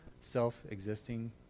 self-existing